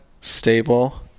stable